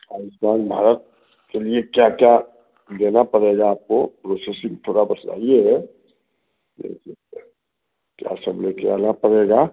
आयुष्मान भारत के लिए क्या क्या देना पड़ेगा आपको प्रोसेसिंग थोड़ा बतलाइए क्या सब लेकर आना पड़ेगा